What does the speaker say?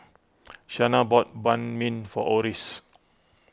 Shana bought Banh Mi for Oris